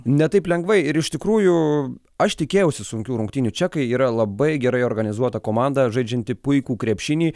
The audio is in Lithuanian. ne taip lengvai ir iš tikrųjų aš tikėjausi sunkių rungtynių čekai yra labai gerai organizuota komanda žaidžianti puikų krepšinį